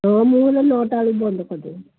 ହଁ ମୁଁ ହେଲା ନଅଟା ବେଳକୁ ବନ୍ଦ କରିଦେବି